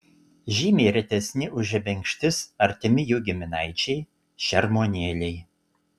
žymiai retesni už žebenkštis artimi jų giminaičiai šermuonėliai